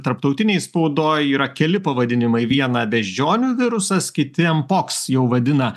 tarptautinėj spaudoj yra keli pavadinimai viena beždžionių virusas kiti poks jau vadina